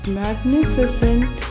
magnificent